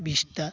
बिसथा